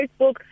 Facebook